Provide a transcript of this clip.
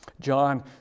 John